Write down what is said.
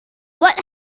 what